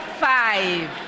five